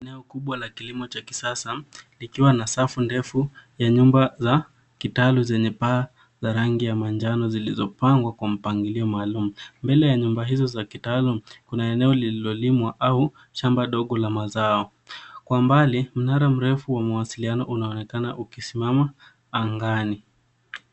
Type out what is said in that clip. Eneo kubwa la kilimo cha kisasa likiwa na safu ndefu ya nyumba ye kitalu zenye paa za rangi ya manjano zilizopangwa kwa mpangilio maalum. Mbele ya nyumba hizo za kitalum kuna eneo lililolimwa au shamba dogo la mazao. Kwa mbali, mnara mrefu wa mawasiliano unaonekana ukisimama angani.